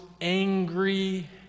angry